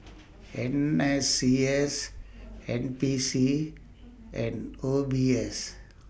N S C S N P C and O B S